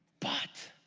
but,